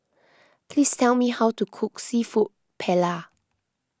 please tell me how to cook Seafood Paella